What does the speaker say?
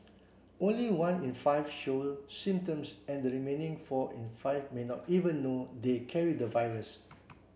only one in five show symptoms and the remaining four in five may not even know they carry the virus